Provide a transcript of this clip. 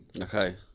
Okay